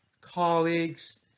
colleagues